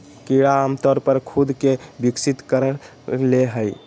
कीड़ा आमतौर पर खुद के विकसित कर ले हइ